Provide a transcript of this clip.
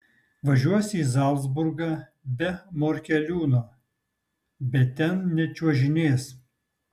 važiuos į zalcburgą be morkeliūno bet ten nečiuožinės